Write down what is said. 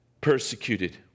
persecuted